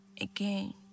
again